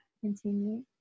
continue